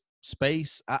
space